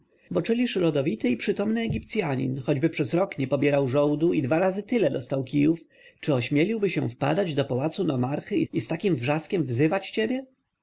bo czyliż rodowity i przytomny egipcjanin choćby przez rok nie pobierał żołdu i dwa razy tyle dostał kijów czy ośmieliłby się wpadać do pałacu nomarchy i z takim wrzaskiem wzywać ciebie